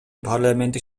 парламенттик